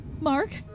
Mark